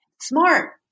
smart